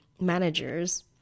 managers